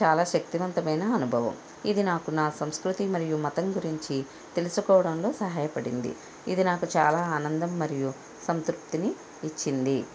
చాలా శక్తి వంతమైన అనుభవం ఇది నాకు నా సంస్కృతి మరియు మతం గురించి తెలుసుకోవడంలో సహాయపడింది ఇది నాకు ఆనందం మరియు సంతృప్తిని ఇచ్చింది